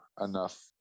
enough